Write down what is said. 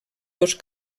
dos